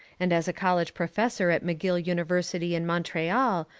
and as a college professor at mcgill university in montreal,